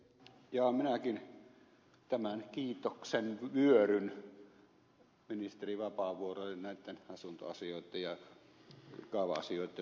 osallistun minäkin tähän kiitosten vyöryyn ministeri vapaavuorelle näitten asuntoasioitten ja kaava asioitten hoitamisesta